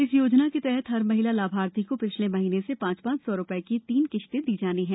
इस योजना के तहत हर महिला लाभार्थी को पिछले महीने से पांच पांच सौ रुपये की तीन किस्तें दी जानी हैं